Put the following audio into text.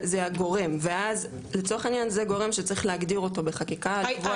זה הגורם ואז לצורך העניין זה גורם שצריך להגדיר אותו בחקיקה ולקבוע